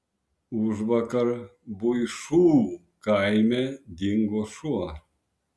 užvakar buišų kaime dingo šuo